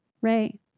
Ray